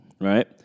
right